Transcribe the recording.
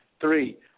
three